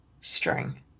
string